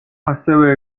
ასევე